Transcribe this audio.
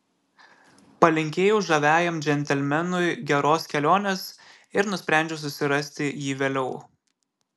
palinkėjau žaviajam džentelmenui geros kelionės ir nusprendžiau susirasti jį vėliau